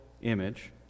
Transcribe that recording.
Image